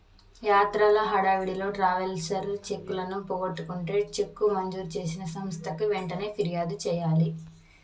యాత్రల హడావిడిలో ట్రావెలర్స్ చెక్కులను పోగొట్టుకుంటే చెక్కు మంజూరు చేసిన సంస్థకు వెంటనే ఫిర్యాదు చేయాలి